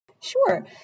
Sure